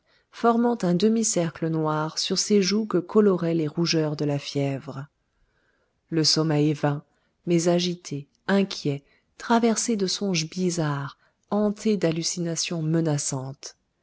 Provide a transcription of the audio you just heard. formant un demi-cercle noir sur ses joues que coloraient les rougeurs de la fièvre le sommeil vint mais agité inquiet traversé de songes bizarres hanté d'hallucinations menaçantes